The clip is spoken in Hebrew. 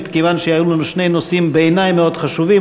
מכיוון שהיו לנו שני נושאים מאוד חשובים בעיני,